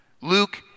Luke